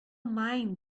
mind